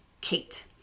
Kate